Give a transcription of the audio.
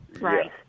Right